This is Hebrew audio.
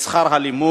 את שכר הלימוד